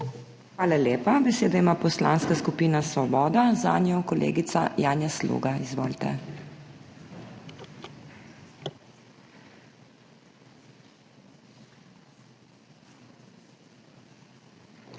Hvala lepa. Besedo ima Poslanska skupina Svoboda, zanjo kolegica Janja Slug. Izvolite. JANJA